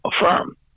affirm